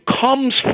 comes